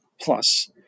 Plus